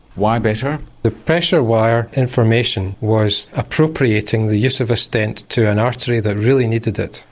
why better? the pressure wire information was appropriating the use of a stent to an artery that really needed it.